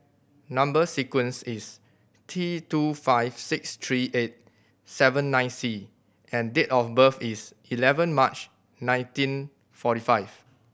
number sequence is T two five six three eight seven nine C and date of birth is eleven March nineteen forty five